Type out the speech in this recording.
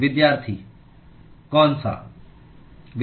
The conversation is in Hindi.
कौन सा